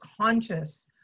conscious